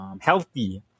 healthy